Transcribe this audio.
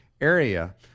area